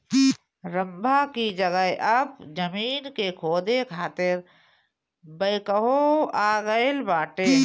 रम्भा की जगह अब जमीन के खोदे खातिर बैकहो आ गईल बाटे